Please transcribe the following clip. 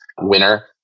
winner